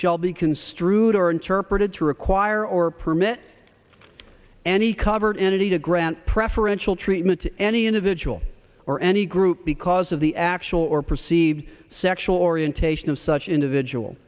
shall be construed or interpreted to require or permit any covered entity to grant preferential treatment to any individual or any group because of the actual or perceived sexual orientation of such individual